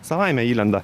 savaime įlenda